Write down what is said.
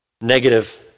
Negative